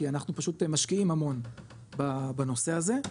כי אנחנו פשוט משקיעים המון בנושא הזה,